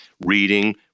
reading